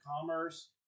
commerce